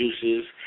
juices